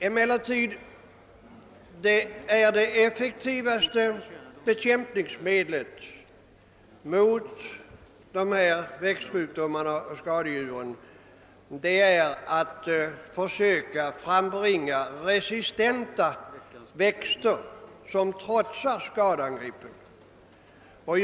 Emellertid är det effektivaste bekämpningsmedlet mot växtsjukdomar och skadedjur att försöka frambringa resistenta växter som trotsar skadean greppen.